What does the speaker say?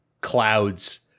clouds